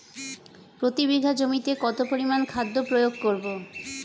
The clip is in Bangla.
প্রতি বিঘা জমিতে কত পরিমান খাদ্য প্রয়োগ করব?